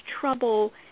trouble